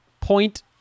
point